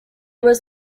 was